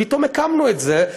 פתאום הקמנו את זה,